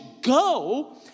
go